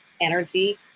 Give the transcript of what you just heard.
energy